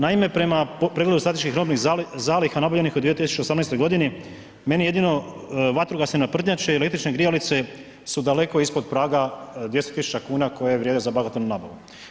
Naime, prema pregledu strateških robnih zaliha nabavljenih u 2018. g., meni jedino vatrogasne naprtnjače i električne grijalice su daleko ispod praga 200 000 kn koje vrijede za bagatelnu nabavu.